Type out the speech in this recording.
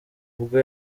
ubwo